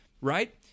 right